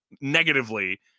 negatively